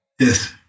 Yes